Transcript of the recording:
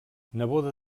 neboda